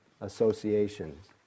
associations